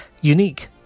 unique